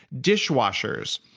dishwashers.